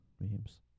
memes